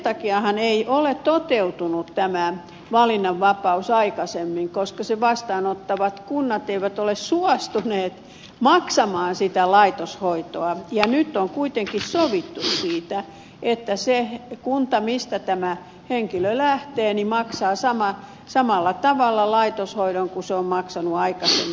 sen takiahan ei ole toteutunut tämä valinnanvapaus aikaisemmin koska vastaanottavat kunnat eivät ole suostuneet maksamaan sitä laitoshoitoa ja nyt on kuitenkin sovittu siitä että se kunta mistä tämä henkilö lähtee maksaa samalla tavalla laitoshoidon kuin se on maksanut aikaisemminkin